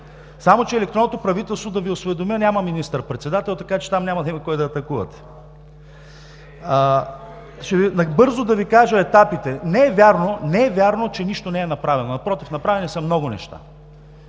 само че електронното правителство, да Ви осведомя, няма министър-председател, така че там няма да има кой да атакувате. Набързо да Ви кажа етапите. Не е вярно, че нищо не е направено. Напротив, направени са много неща.